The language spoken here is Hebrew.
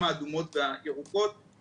הערים האדומות והירוקות,